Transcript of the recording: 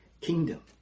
kingdom